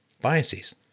biases